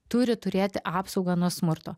turi turėti apsaugą nuo smurto